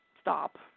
stop